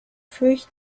sich